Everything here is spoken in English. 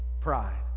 Pride